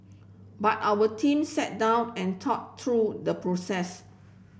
but our team sat down and thought through the process